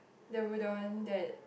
the udon that